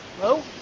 Hello